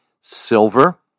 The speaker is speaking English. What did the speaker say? silver